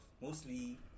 mostly